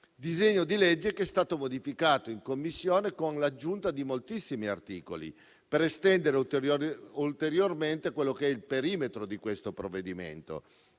e la concorrenza, che è stato modificato in Commissione con l'aggiunta di moltissimi articoli, per estendere ulteriormente il perimetro di questo provvedimento.